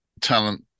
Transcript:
talent